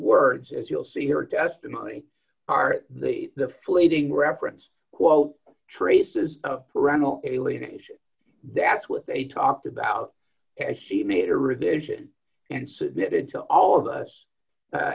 words as you'll see her testimony are the the fleeting reference quote traces of parental alienation that's what they talked about and she made a revision and submitted to all of us